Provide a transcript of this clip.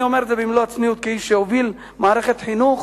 אני אומר את זה במלוא הצניעות כאיש שהוביל מערכת חינוך